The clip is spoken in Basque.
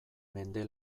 mende